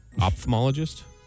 Ophthalmologist